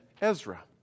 Ezra